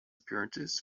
appearances